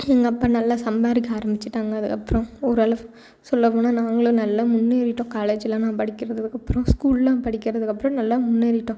எங்கள் அப்பா நல்லா சம்பாதிக்க ஆரம்பிச்சுட்டாங்க அதுக்கப்புறம் ஓரளவு சொல்லப்போனால் நாங்களும் நல்லா முன்னேறிட்டோம் காலேஜுலாம் நான் படிக்கிறதுக்கப்பறம் ஸ்கூலெல்லாம் படிக்கிறதுக்கப்புறம் நல்லா முன்னேறிட்டோம்